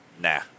Nah